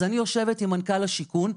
אז אני יושבת עם מנכ"ל השיכון,